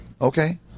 Okay